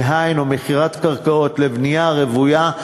דהיינו מכירת קרקעות לבנייה רוויה,